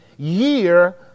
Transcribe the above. year